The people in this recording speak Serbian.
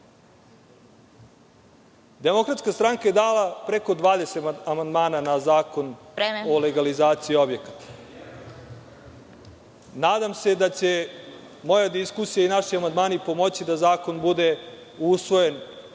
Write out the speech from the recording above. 42,5%.Demokratska stranka je dala preko 20 amandmana na Zakon o legalizaciji objekata. Nadam se da će moja diskusija i naši amandmani pomoći da zakon bude usvojen